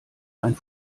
ein